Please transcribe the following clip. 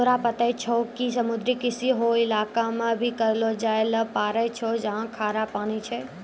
तोरा पता छौं कि समुद्री कृषि हौ इलाका मॅ भी करलो जाय ल पारै छौ जहाँ खारा पानी छै